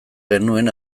genuen